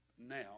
now